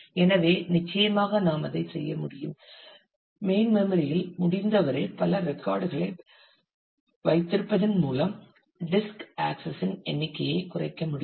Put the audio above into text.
எனவே நிச்சயமாக நாம் அதை செய்ய முடியும் மெயின் மெம்மரி இல் முடிந்தவரை பல ரெக்கார்டுகளை வைத்திருப்பதன் மூலம் டிஸ்க் ஆக்சஸ் இன் எண்ணிக்கையை குறைக்க முடியும்